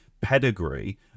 pedigree